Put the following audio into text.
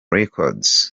records